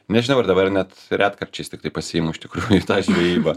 nežinau ar dabar net retkarčiais tiktai pasiimu į tą žvejybą